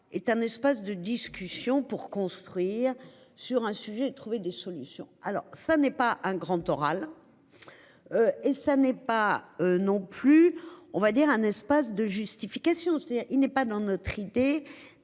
est un espace de discussion pour construire sur un sujet, trouver des solutions alors que ça n'est pas un grand Oral. Et ça n'est pas non plus, on va dire un espace de justification, c'est-à-dire il n'est pas dans notre idée